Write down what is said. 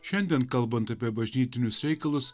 šiandien kalbant apie bažnytinius reikalus